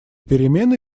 перемены